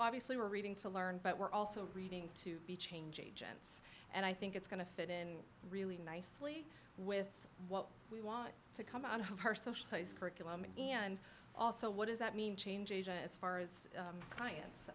obviously we're reading to learn but we're also reading to be change agents and i think it's going to fit in really nicely with what we want to come on her social science curriculum and also what does that mean change agent as far as science